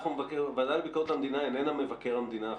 הוועדה לביקורת המדינה איננה מבקר המדינה החליפי,